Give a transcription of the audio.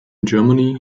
germany